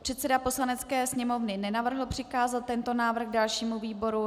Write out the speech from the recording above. Předseda Poslanecké sněmovny nenavrhl přikázat tento návrh dalšímu výboru.